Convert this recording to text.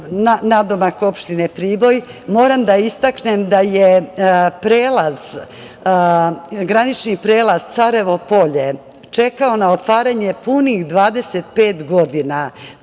nadomak opštine Priboj, moram da istaknem da je granični prelaz Sarajevo Polje čekao na otvaranje punih 25 godina.